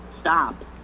stop